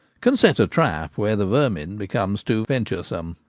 can set a trap when the vermin become too venturesome.